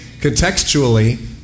contextually